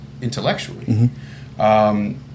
intellectually